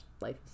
life